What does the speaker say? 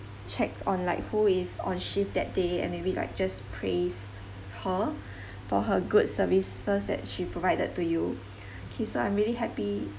checks on like who is on shift that day and maybe just like praise her for her good services that she provided to you K so I'm really happy